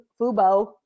Fubo